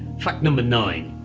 fact number nine